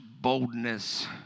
boldness